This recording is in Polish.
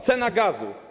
Cena gazu.